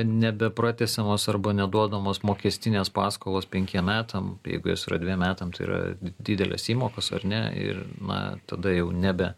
nebepratęsiamos arba neduodamos mokestinės paskolos penkiem metam jeigu jos yra dviem metam tai yra didelės įmokos ar ne ir na tada jau nebe